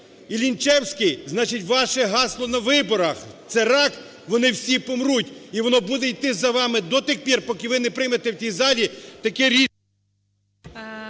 і Лінчевський, значить ваше гасло на виборах – це "рак, вони всі помруть". І воно буде йти за вами до тих пір, поки ви не приймете в цій залі таке